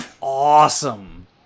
awesome